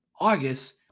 August